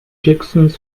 jackson